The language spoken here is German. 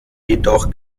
jedoch